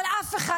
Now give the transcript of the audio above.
אבל אף אחד,